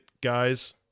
guys